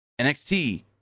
NXT